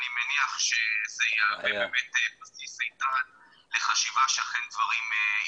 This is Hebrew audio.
אני מניח שזה יהווה בסיס איתן לחשיבה שאכן דברים השתנו.